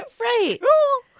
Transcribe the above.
Right